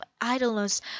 idleness